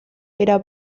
era